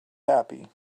happy